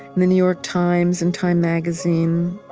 the new york times, and time magazine.